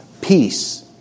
peace